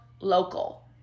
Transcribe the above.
Local